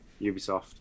Ubisoft